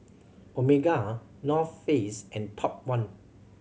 Omega North Face and Top One